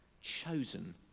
chosen